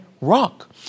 rock